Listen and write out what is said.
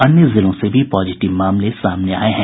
अन्य जिलों से भी पॉजिटिव मामले सामने आये हैं